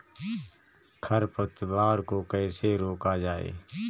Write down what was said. खरपतवार को कैसे रोका जाए?